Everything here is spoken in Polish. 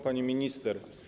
Pani Minister!